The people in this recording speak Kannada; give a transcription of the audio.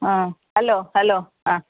ಆ ಅಲೋ ಹಲೋ ಆ